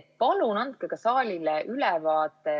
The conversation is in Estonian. et palun andke ka saalile ülevaade